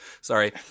Sorry